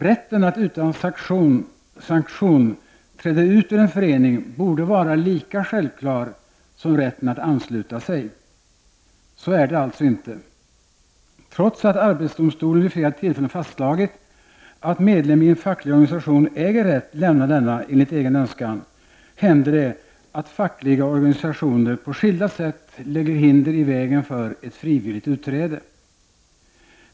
Rätten att utan sanktion träda ut ur en förening borde vara lika självklar som rätten att ansluta sig. Så är det alltså inte. Trots att arbetsdomstolen vid flera tillfällen fastslagit, att medlem i en facklig organisation äger rätt att lämna denna enligt egen önskan, händer det att fackliga organisationer på skilda sätt lägger hinder i vägen för ett frivilligt utträde.